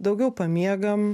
daugiau pamiegam